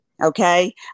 Okay